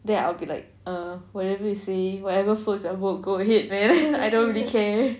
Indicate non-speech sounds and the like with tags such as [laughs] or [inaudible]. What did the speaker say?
then I'll be like err whatever you say whatever floats your boat go ahead man I don't really care [laughs]